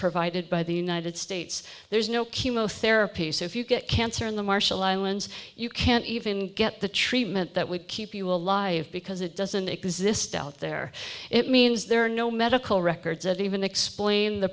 provided by the united states there's no chemotherapy so if you get cancer in the marshall islands you can't even get the treatment that would keep you alive because it doesn't exist out there it means there are no medical records that even explain the